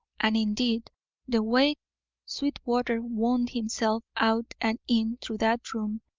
and indeed the way sweetwater wound himself out and in through that room,